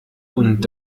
und